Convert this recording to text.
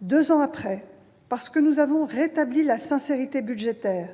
deux ans après, parce que nous avons rétabli la sincérité budgétaire,